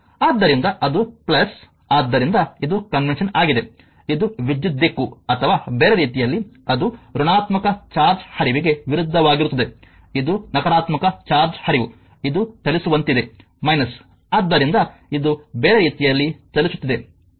ಆದ್ದರಿಂದ ಅದು ಆದ್ದರಿಂದ ಇದು ಕಾನ್ವೆಂಷನ್ ಆಗಿದೆ ಇದು ವಿದ್ಯುತ್ ದಿಕ್ಕು ಅಥವಾ ಬೇರೆ ರೀತಿಯಲ್ಲಿ ಅದು ಋಣಾತ್ಮಕ ಚಾರ್ಜ್ ಹರಿವಿಗೆ ವಿರುದ್ಧವಾಗಿರುತ್ತದೆ ಇದು ನಕಾರಾತ್ಮಕ ಚಾರ್ಜ್ ಹರಿವು ಇದು ಚಲಿಸುವಂತಿದೆ ಆದ್ದರಿಂದ ಇದು ಬೇರೆ ರೀತಿಯಲ್ಲಿ ಚಲಿಸುತ್ತಿದೆ